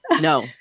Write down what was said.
No